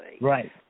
Right